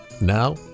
Now